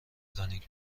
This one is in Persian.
مکانیک